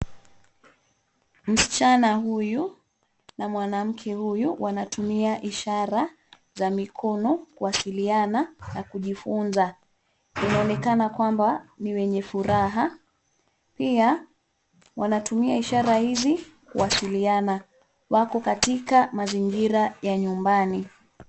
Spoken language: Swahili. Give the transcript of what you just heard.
Msichana huyu na mwanamke huyu wanatumia ishara za mikono kuwasiliana na kujifunza. Inaonekana kwamba ni wenye furaha, pia wanatumia ishara hizi kuwasiliana. Wako katika mazingira ya nyumbani.